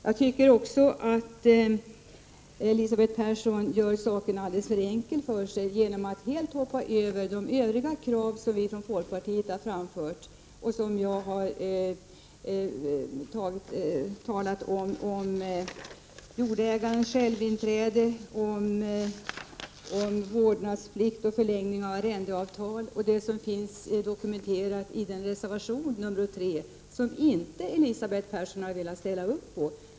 Jag tycker också att Elisabeth Persson gör saken alldeles för enkel för sig genom att helt hoppa över de övriga krav som vi från folkpartiet har framfört, om jordägarens självinträde, om vårdnadsplikt och förlängning av ar rendeavtal — allt som finns dokumenterat i reservation nr 3, som Elisabeth Persson inte har velat ställa upp för.